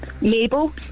Mabel